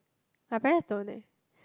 my parents don't eh